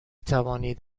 توانید